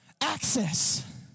Access